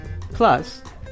Plus